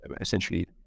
essentially